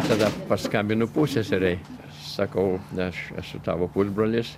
tada paskambinu pusseserei sakau aš esu tavo pusbrolis